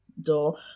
door